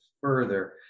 further